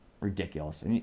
Ridiculous